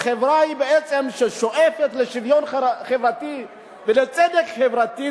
חברה ששואפת לשוויון חברתי ולצדק חברתי,